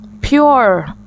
pure